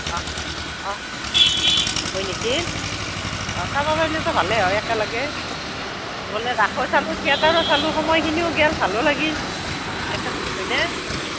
অঁ অঁ হয় নেকি অঁ চাব পাৰিলেতো ভালেই হয় একেলগে গ'লে ৰাসো চালো থিয়েটাৰো চালো সময়খিনিও গেল ভালো লাগিল একেলগে হয়নে অঁ